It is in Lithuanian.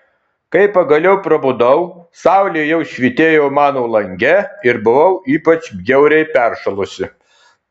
kai pagaliau prabudau saulė jau švytėjo mano lange ir buvau ypač bjauriai peršalusi